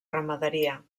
ramaderia